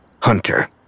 Hunter